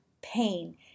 pain